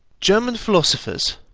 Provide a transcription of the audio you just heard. german philosophers,